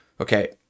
Okay